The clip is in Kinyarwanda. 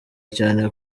cyane